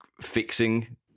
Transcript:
fixing